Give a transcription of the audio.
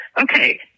Okay